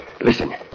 Listen